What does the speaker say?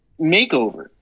makeover